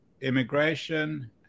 immigration